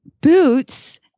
boots